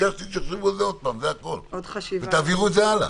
ביקשתי שהיא תחשוב על זה עוד פעם ותעביר את זה הלאה.